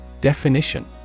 Definition